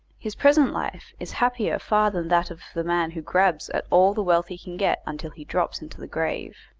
his present life is happier far than that of the man who grabs at all the wealth he can get until he drops into the grave.